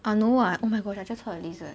uh no ah oh my god I just heard a lizard